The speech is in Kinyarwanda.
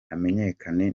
hamenyekane